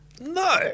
No